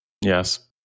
Yes